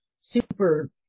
super